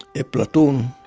a platoon,